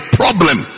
problem